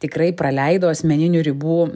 tikrai praleido asmeninių ribų